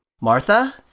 Martha